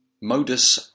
Modus